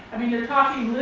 i mean, you're talking